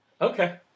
Okay